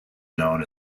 known